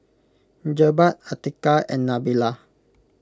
Jebat Atiqah and Nabila